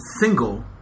single